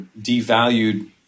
devalued